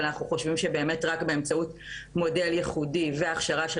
אלא אנחנו חושבים שרק באמצעות מודל ייחודי והכשרה של